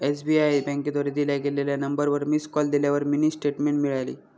SBI बँकेद्वारे दिल्या गेलेल्या नंबरवर मिस कॉल दिल्यावर मिनी स्टेटमेंट मिळाली